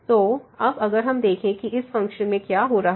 तो अब अगर हम देखें कि इस फ़ंक्शन में क्या हो रहा है